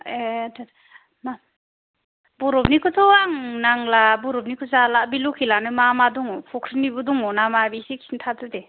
ए बरफनिखौथ' आं नांला बरफनिखौ जाला बे लकेलआनो मा मा दङ फख्रिनिबो दङ ना मा एसे खिन्थादो दे